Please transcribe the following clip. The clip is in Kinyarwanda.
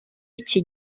iki